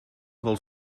dels